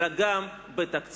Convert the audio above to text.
אלא גם בתקציב,